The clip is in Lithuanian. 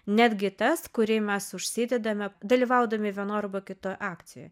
netgi tas kurį mes užsidedame dalyvaudami vienoj arba kitoj akcijoj